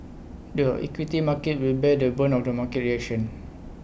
the equity market will bear the brunt of the market reactions